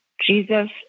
Jesus